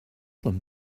them